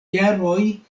jaroj